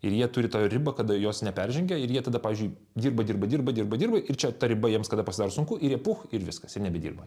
ir jie turi tą ribą kada jos neperžengia ir jie tada pavyzdžiui dirba dirba dirba dirba dirba ir čia ta riba jiems kada pasidaro sunku ir jie puch ir viskas ir nebedirba